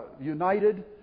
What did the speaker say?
united